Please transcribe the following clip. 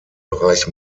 bereich